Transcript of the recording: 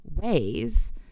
ways